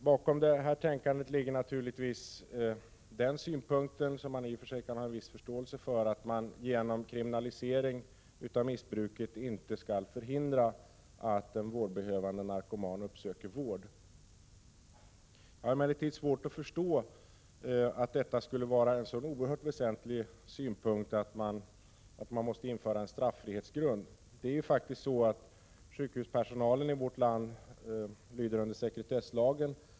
Bakom detta ligger naturligtvis den synpunkten, som jag i och för sig kan ha en viss förståelse för, att man genom kriminalisering av missbruket inte skall förhindra att en vårdbehövande narkoman uppsöker vård. Jag har emellertid svårt att förstå att detta skulle vara en så oerhört väsentlig synpunkt att man måste införa en straffrihetsgrund. Det är faktiskt så att sjukhuspersonalen i vårt land lyder under sekretesslagen.